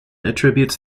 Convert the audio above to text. attributes